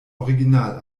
original